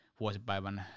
vuosipäivän